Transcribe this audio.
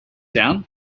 down